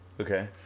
Okay